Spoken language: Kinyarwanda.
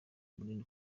munini